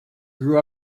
grew